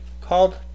called